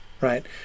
right